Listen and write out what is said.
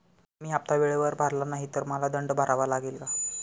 मी हफ्ता वेळेवर भरला नाही तर मला दंड भरावा लागेल का?